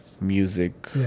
music